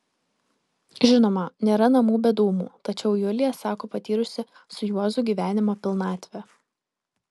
žinoma nėra namų be dūmų tačiau julija sako patyrusi su juozu gyvenimo pilnatvę